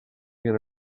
going